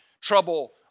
trouble